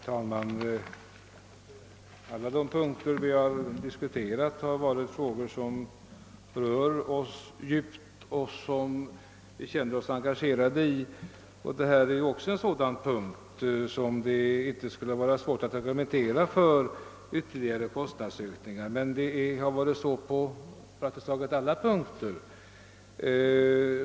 Herr talman! Alla de punkter i föreliggande utlåtande som vi diskuterat har gällt frågor som rör oss djupt och som vi känner oss engagerade i. Det är också här fråga om en sådan punkt där det inte skulle vara svårt att argumentera för ytterligare kostnadsökningar, men detta har ju varit fallet på praktiskt taget alla punkter.